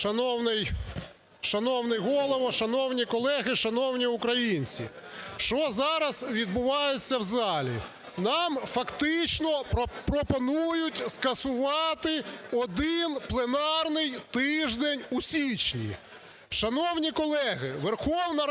Шановний Голово! Шановні колеги! Шановні українці! Що зараз відбувається в залі? Нам фактично пропонують скасувати один пленарний тиждень у січні. Шановні колеги, Верховна Рада